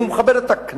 אם הוא מכבד את הכנסת,